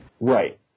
Right